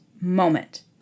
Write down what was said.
moment